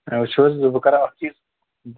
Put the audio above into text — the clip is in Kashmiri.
وٕچھِو حظ بہٕ کرا اَکھ چیٖز